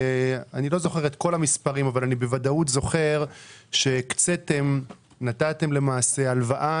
אני לא זוכר את כל המספרים אבל בוודאות אני זוכר שנתתם הלוואה